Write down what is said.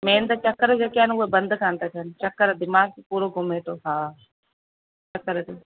main त चकर जेके आहिनि उहे बंदि कान था थियनि चकरु दिमाग़ु पूरो घुमे थो हा चकर ते